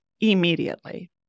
immediately